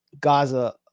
gaza